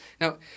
Now